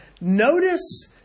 Notice